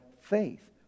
faith